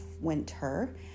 winter